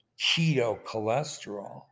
cholesterol